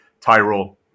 Tyrol